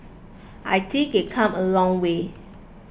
I think they've come a long way